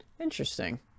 interesting